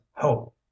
help